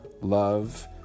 love